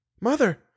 Mother